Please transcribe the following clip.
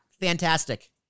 fantastic